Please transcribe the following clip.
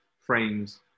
frames